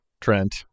trent